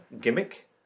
gimmick